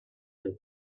you